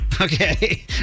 Okay